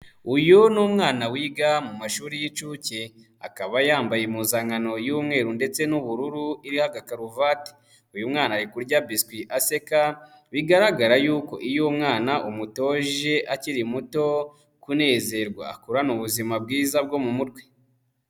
Uyu ni umwana wiga mu mashuri y'inshuke. Akaba yambaye impuzankano y'umweru ndetse n'ubururu iriho agakaruvati. Uyu mwana ari kurya biswi aseka, bigaragara yuko iyo umwana umutoje akiri muto kunezerwa akurana ubuzima bwiza bwo mu mutwe.